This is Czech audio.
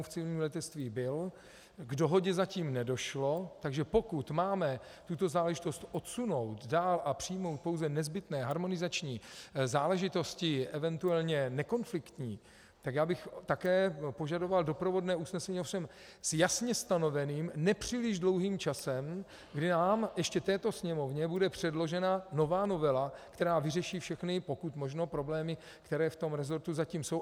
K dohodě zatím nedošlo, takže pokud máme tuto záležitost odsunout dál a přijmout pouze nezbytné harmonizační záležitosti, eventuálně nekonfliktní, tak bych také požadoval doprovodné usnesení, ovšem s jasně stanoveným nepříliš dlouhým časem, kdy nám, ještě této Sněmovně, bude předložena nová novela, která vyřeší všechny pokud možno problémy, které v tom resortu zatím jsou.